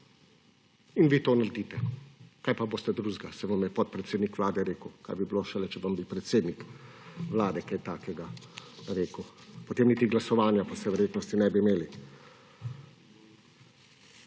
In vi to naredite. Kaj pa boste drugega, saj vam je podpredsednik vlade rekel. Kaj bi šele bilo, če bi vam predsednik vlade kaj takega rekel?! Potem niti glasovanja po vsej verjetnosti ne bi imeli.